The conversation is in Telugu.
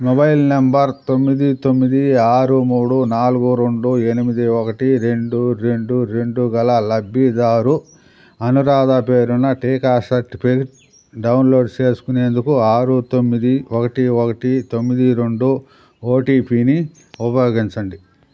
మొబైల్ నెంబర్ తొమ్మిది తొమ్మిది ఆరు మూడు నాలుగు రెండు ఎనిమిది ఒకటి రెండు రెండు రెండు గల లబ్బిదారు అనురాధా పేరున టీకా సర్టిఫికెట్ డౌన్లోడ్ చేసుకునేందుకు ఆరు తొమ్మిది ఒకటి ఒకటి తొమ్మిది రెండు ఓటీపీని ఉపయోగించండి